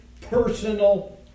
personal